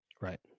right